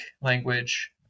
language